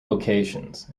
locations